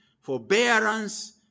forbearance